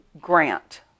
Grant